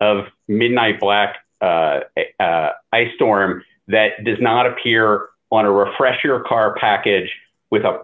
of midnight black ice storm that does not appear on a refresh your car package with a